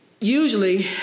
usually